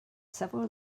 several